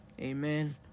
Amen